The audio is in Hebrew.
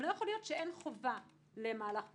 אנחנו רואים שלא יכול להיות שאין חובה למהלך כזה.